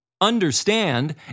understand